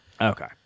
Okay